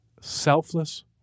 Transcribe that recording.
Selfless